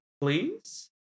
please